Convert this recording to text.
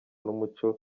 n’umuco